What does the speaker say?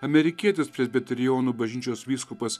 amerikietis presbiterionų bažnyčios vyskupas